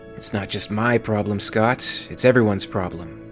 it's not just my problem, scott. it's everyone's problem.